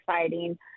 exciting